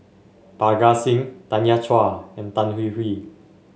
Parga Singh Tanya Chua and Tan Hwee Hwee